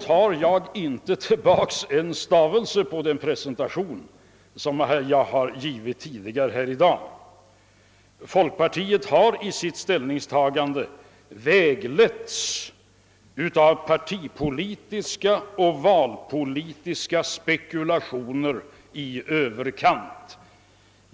tar jag inte tillbaka en stavelse av den presentation av de borgerliga partiernas agerande som jag givit tidigare i dag. Folkpartiet har i sitt ställningstagande i överkant vägletts av partipolitiska och valtaktiska spekulationer.